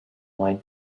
white